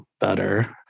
better